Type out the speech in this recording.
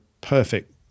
perfect